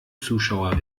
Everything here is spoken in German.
zuschauer